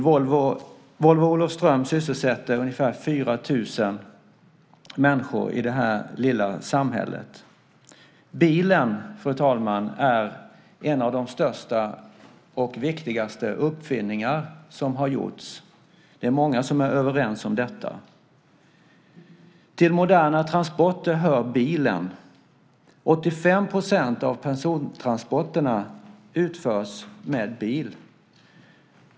Volvo i Olofström sysselsätter ungefär 4 000 människor i det lilla samhället. Bilen, fru talman, är en av de största och viktigaste uppfinningar som har gjorts. Det är många som är överens om det. Till moderna transporter hör bilen. 85 % av persontransporterna utförs med bil.